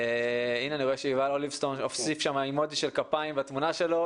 אני רואה שיובל אוליבסטון הוסיף אימוג'י של כפיים בתמונה שלו,